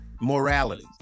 morality